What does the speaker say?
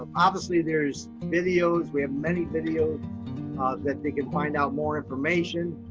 obviously, there's videos. we have many videos that they can find out more information.